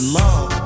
love